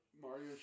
mario